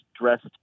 dressed